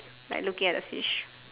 like looking at the fish